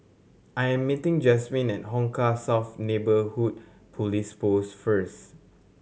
I am meeting Jazmin at Hong Kah South Neighbourhood Police Post first